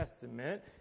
Testament